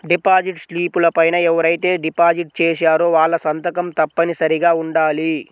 deposit స్లిపుల పైన ఎవరైతే డిపాజిట్ చేశారో వాళ్ళ సంతకం తప్పనిసరిగా ఉండాలి